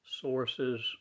source's